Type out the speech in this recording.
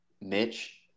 Mitch